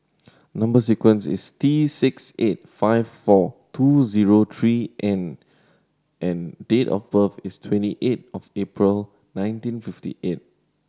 number sequence is T six eight five four two zero three N and date of birth is twenty eight of April nineteen fifty eight